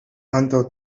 antaŭ